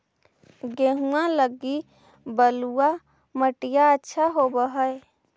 गेहुआ लगी बलुआ मिट्टियां अच्छा होव हैं?